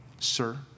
sir